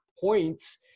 points